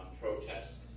protests